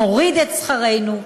נוריד את שכרנו,